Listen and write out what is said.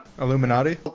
Illuminati